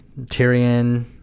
Tyrion